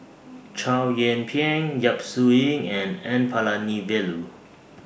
Chow Yian Ping Yap Su Yin and N Palanivelu